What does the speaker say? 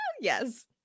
Yes